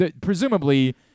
presumably